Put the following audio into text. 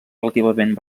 relativament